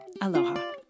aloha